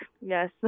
yes